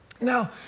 Now